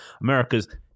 America's